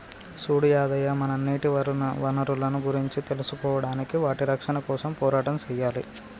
సూడు యాదయ్య మనం నీటి వనరులను గురించి తెలుసుకోడానికి వాటి రక్షణ కోసం పోరాటం సెయ్యాలి